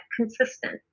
consistent